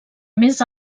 més